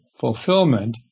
fulfillment